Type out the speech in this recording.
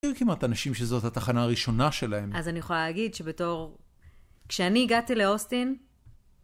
אין כמעט אנשים שזאת התחנה הראשונה שלהם. אז אני יכולה להגיד שבתור... כשאני הגעתי לאוסטין...